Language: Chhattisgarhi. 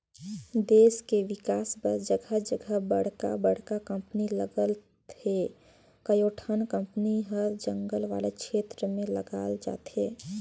देस के बिकास बर जघा जघा बड़का बड़का कंपनी लगत हे, कयोठन कंपनी हर जंगल वाला छेत्र में लगाल जाथे